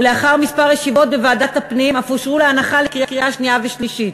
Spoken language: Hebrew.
ולאחר כמה ישיבות בוועדת הפנים אף אושרו להנחה לקריאה שנייה ושלישית.